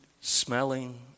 smelling